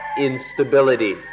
instability